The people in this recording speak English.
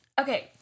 Okay